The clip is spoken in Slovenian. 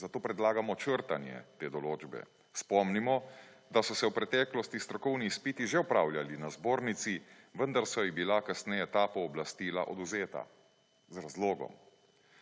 zato predlagamo črtanje te določbe. Spomnimo, da so se v preteklosti strokovni izpiti že opravljali na zbornici, vendar so ji bila ta pooblastila odvzeta z razlogom.